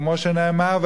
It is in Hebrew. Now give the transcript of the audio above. כמו שנאמר,